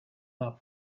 not